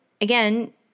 again